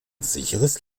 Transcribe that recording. sicheres